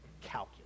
calculate